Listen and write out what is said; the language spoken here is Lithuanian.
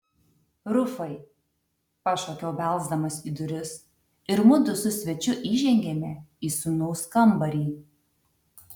rufai pašaukiau belsdamas į duris ir mudu su svečiu įžengėme į sūnaus kambarį